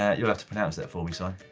you'll have to pronounce that for me, si.